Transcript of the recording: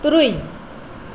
ᱛᱩᱨᱩᱭ